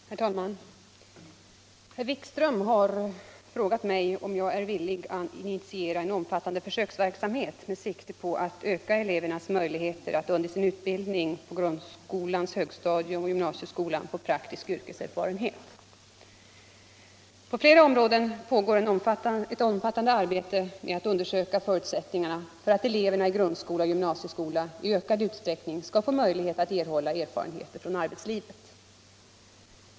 Herr talman! Herr Wikström har frågat mig om jag är villig att initiera en omfattande försöksverksamhet med sikte på att öka elevernas möjligheter att under sin utbildning på grundskolans högstadium och i gym nasieskolan få praktisk yrkeserfarenhet. På flera områden pågår ett omfattande arbete med att undersöka förutsättningarna för att elever i grundskola och gymnasieskola i ökad utsträckning skall få möjlighet att erhålla erfarenheter från arbetslivet.